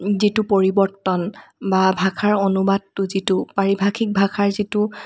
যিটো পৰিৱৰ্তন বা ভাষাৰ অনুবাদটো যিটো পাৰিভাষিক ভাষাৰ যিটো